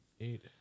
eight